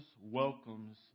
welcomes